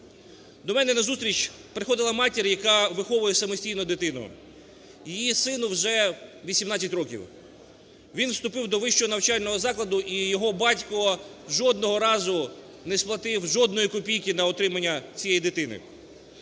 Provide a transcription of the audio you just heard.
До мене на зустріч приходила матір, яка виховує самостійно дитину. Її сину вже 18 років. Він вступив до вищого навчального закладу, і його батько жодного разу не сплатив жодної копійки на утримання цієї дитини.